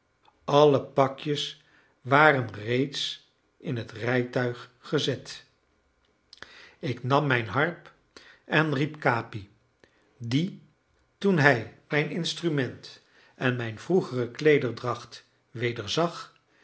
alle pakjes waren reeds in het rijtuig gezet ik nam mijn harp en riep capi die toen hij mijn instrument en mijn vroegere kleederdracht weder zag